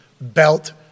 belt